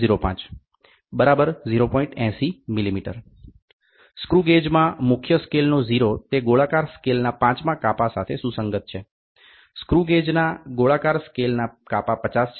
80 mm સ્ક્રુગેજમાં મુખ્ય scale નો 0 તે ગોળાકાર સ્કેલના પાંચમાં કાપા સાથે સુસંગત છે સ્ક્રુગેજના ગોળાકાર સ્કેલના કાપા 50 છે